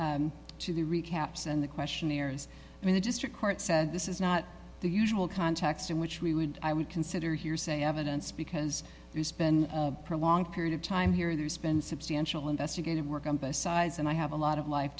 the to the recaps and the questionnaires in the district court said this is not the usual context in which we would consider hearsay evidence because there's been for a long period of time here there's been substantial investigative work on both sides and i have a lot of li